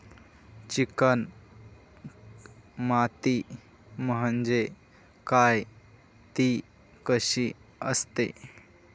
Chicken माती म्हणजे काय? ति कशी असते?